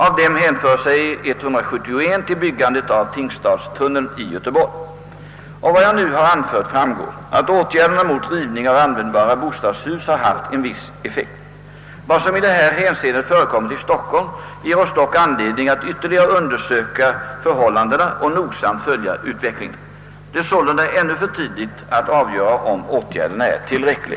Av dem hänför sig 171 till byggandet av Tingstadstunneln i Göteborg. Av vad jag nu har anfört framgår att åtgärderna mot rivning av användbara bostadshus har haft en viss effekt. Vad som i det här hänseendet förekommit i Stockholm ger oss dock anledning att ytterliga undersöka förhållandena och nogsamt följa utvecklingen. Det är sålunda ännu för tidigt att avgöra om åtgärderna är tillräckliga.